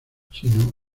sino